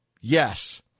Yes